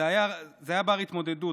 זה היה זה בר-התמודדות,